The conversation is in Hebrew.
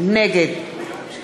נגד